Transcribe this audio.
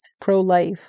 pro-life